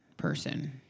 Person